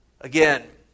Again